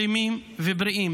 שלמים ובריאים.